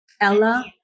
Ella